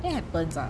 that happens ah